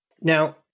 Now